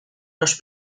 los